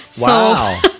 Wow